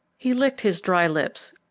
he licked his dry lips,